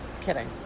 kidding